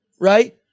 right